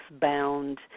bound